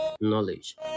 knowledge